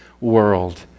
world